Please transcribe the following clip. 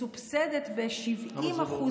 מסובסדת ב-70%,